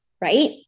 right